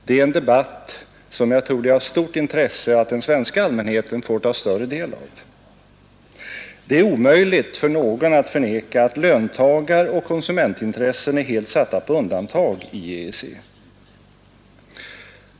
Det är en debatt som jag tror att det är av stort intresse att den svenska allmänheten får ta större del av. Det är omöjligt för någon att förneka att löntagaroch konsumentintressena är helt satta på undantag i EEC.